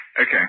Okay